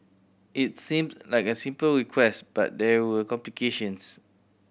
it seemed like a simple request but there were complications